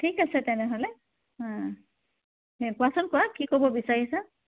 ঠিক আছে তেনেহ'লে কোৱাচোন কোৱা কি ক'ব বিচাৰিছা